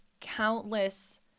countless